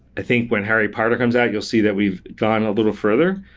i think when harry potter comes out, you'll see that we've gone a little further.